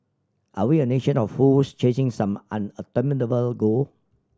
are we a nation of fools chasing some unobtainable goal